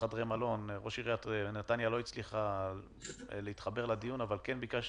חדרי מלון שראש עיריית נתניה לא הצליחה להתחבר לדיון אבל ביקשה